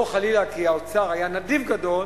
לא חלילה כי האוצר היה נדיב גדול